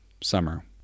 summer